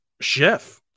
chef